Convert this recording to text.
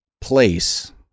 place